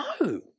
No